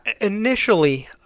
initially